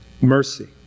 mercy